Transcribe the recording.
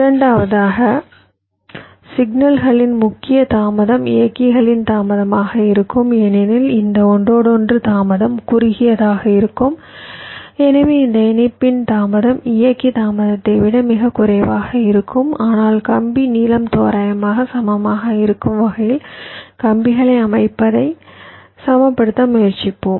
இரண்டாவதாக சிக்னல்களின் முக்கிய தாமதம் இயக்கிகளின் தாமதமாக இருக்கும் ஏனெனில் இந்த ஒன்றோடொன்று தாமதம் குறுகியதாக இருக்கும் எனவே இந்த இணைப்பின் தாமதம் இயக்கி தாமதத்தை விட மிகக் குறைவாக இருக்கும் ஆனால் கம்பி நீளம் தோராயமாக சமமாக இருக்கும் வகையில் கம்பிகளை அமைப்பதை சமப்படுத்த முயற்சிப்போம்